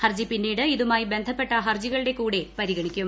ഹർജി പിന്നീട് ഇതുമായി ബന്ധപ്പെട്ട ഹർജികളുടെ കൂടെ പരിഗണിക്കും